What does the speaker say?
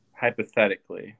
hypothetically